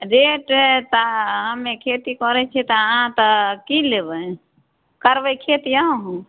जे हेतै तऽ हमे खेती करै छियै तऽ अहाँ तऽ की लेबै करबै खेती अहूँ